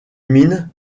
min